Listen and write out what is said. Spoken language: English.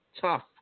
tough